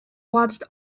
watched